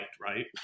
right